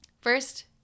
First